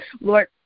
Lord